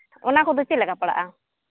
ᱚᱱᱟ ᱠᱚᱫᱚ ᱪᱮᱫ ᱞᱮᱠᱟ ᱯᱟᱲᱟᱜᱼᱟ